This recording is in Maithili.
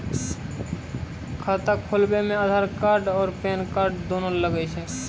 खाता खोलबे मे आधार और पेन कार्ड दोनों लागत?